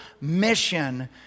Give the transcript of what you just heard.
mission